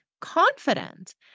confident